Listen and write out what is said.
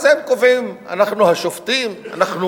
אז הם קובעים: אנחנו השופטים, אנחנו